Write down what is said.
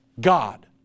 God